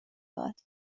داد